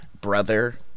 brother